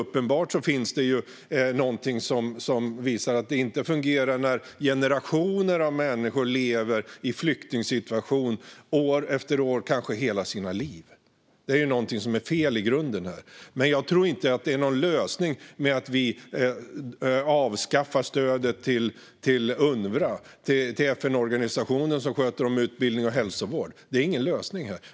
Uppenbarligen är det någonting som visar att det inte fungerar när generationer av människor lever i flyktingsituation år efter år, kanske hela sina liv. Det är någonting som är fel i grunden här. Men jag tror inte att det är någon lösning att vi avskaffar stödet till FN-organisationen Unrwa, som sköter om utbildning och hälsovård.